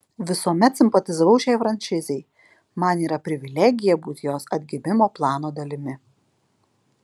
visuomet simpatizavau šiai franšizei man yra privilegija būti jos atgimimo plano dalimi